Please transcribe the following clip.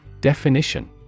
Definition